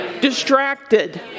distracted